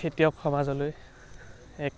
খেতিয়ক সমাজলৈ এক